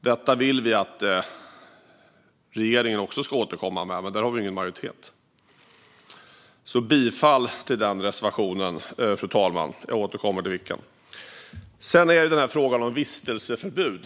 Detta vill vi också att regeringen ska återkomma med, men där har vi ingen majoritet. Jag yrkar bifall till den reservationen, fru talman - jag återkommer till vilken det är. Sedan har vi frågan om vistelseförbud.